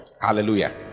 Hallelujah